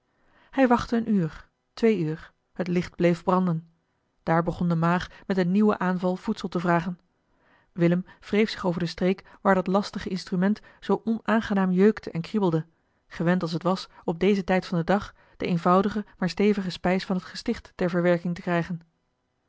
hij wachtte een uur twee uur het licht bleef branden daar begon de maag met een nieuwen aanval voedsel te vragen willem wreef zich over de streek waar dat lastige instrument zoo onaangenaam jeukte en kriebelde gewend als het was op dezen tijd van den dag de eenvoudige maar stevige spijs van het gesticht ter verwerking te krijgen